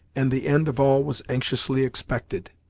and the end of all was anxiously expected.